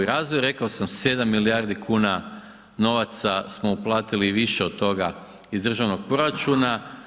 Rekao sam, 7 milijardi kuna novaca smo uplatili i više od toga iz državnog proračuna.